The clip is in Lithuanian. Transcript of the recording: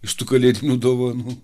iš tų kalėdinių dovanų